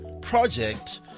project